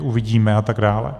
Uvidíme, a tak dále.